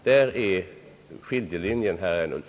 Där går skiljelinjen, herr Ernulf.